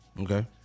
Okay